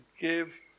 give